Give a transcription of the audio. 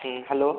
hello